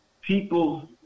People